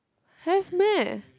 have meh